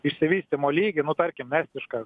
išsivystymo lygį nu tarkim estišką